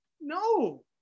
no